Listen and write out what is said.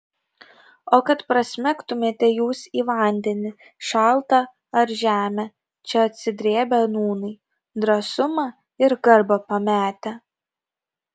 o kad prasmegtumėte jūs į vandenį šaltą ar žemę čia atsidrėbę nūnai drąsumą ir garbę pametę